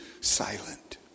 silent